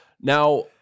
Now